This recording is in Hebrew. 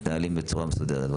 מתנהלים בצורה מסודרת.